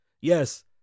Yes